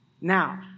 Now